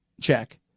check